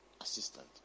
assistant